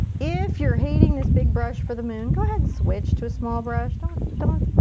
if you're hating this big brush for the moon, go ahead and switch to a small brush. don't, don't